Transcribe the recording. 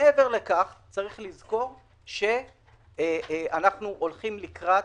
צריך לזכור שאנחנו הולכים לקראת